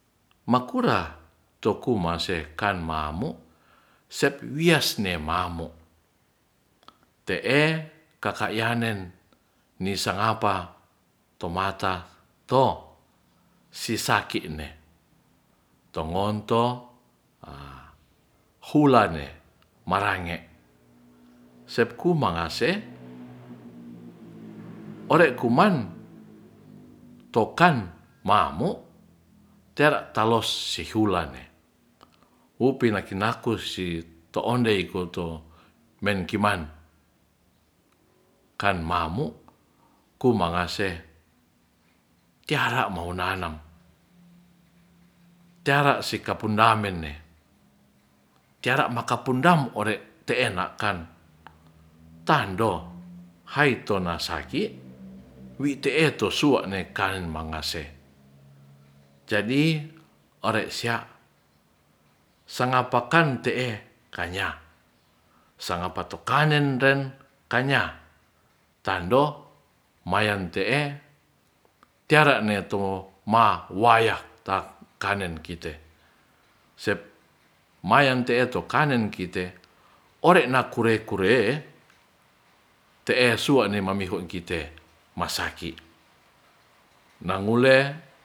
Makura to kuma se kan mamu set wiasne mammu te'e kaka yanen nisangapa tomata to sisaki ne tomonto hulane marange sep kumangase ore kuman to kan mamu tera talosi hulanne hu pina kinakus si to ondei ko to men kiman kan mamu ku mangase tiara monanam tiara sikapundam mene tiara makapundam ore te'e na kan tando haitona saki wi te'e to sua'ne kan mangase jadi ore sia sangapa kan te'e kanya sangapa to kanen ren kanya tando mayon te'e tiara ne to mawaya ta kanen kite sep mayan te'e to kanen kite ore no one na kure-kure te'e suane mamiho kite masaki nangule